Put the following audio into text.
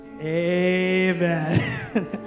amen